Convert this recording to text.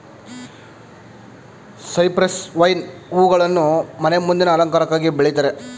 cypress vine ಹೂಗಳನ್ನು ಮನೆ ಮುಂದಿನ ಅಲಂಕಾರಕ್ಕಾಗಿ ಬೆಳಿತಾರೆ